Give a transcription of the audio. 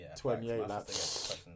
28